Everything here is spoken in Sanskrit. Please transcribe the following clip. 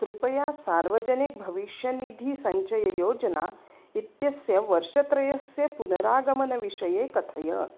कृपया सार्वजनिक भविष्यन्निधिसञ्चययोजना इत्यस्य वर्षत्रयस्य पुनरागमनविषये कथय